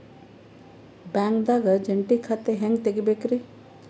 ಬ್ಯಾಂಕ್ದಾಗ ಜಂಟಿ ಖಾತೆ ಹೆಂಗ್ ತಗಿಬೇಕ್ರಿ?